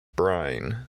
brine